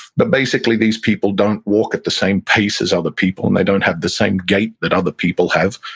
but basically, these people don't walk at the same pace as other people and they don't have the same gait that other people have.